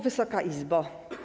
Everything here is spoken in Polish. Wysoka Izbo!